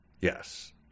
Yes